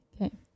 Okay